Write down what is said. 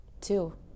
Two